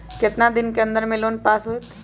कितना दिन के अन्दर में लोन पास होत?